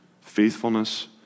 faithfulness